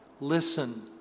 Listen